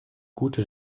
gute